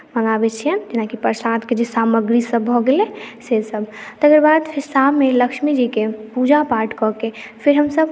मङ्गाबैत छियनि जेनाकि प्रसादके सभ सामग्रीसभ भऽ गेलै सेसभ तकर बाद फेर शाममे लक्ष्मीजीके पूजा पाठ कऽ के फेर हमसभ